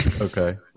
Okay